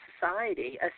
society